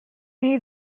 need